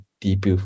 deep